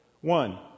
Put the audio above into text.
One